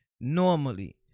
normally